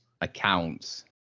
accounts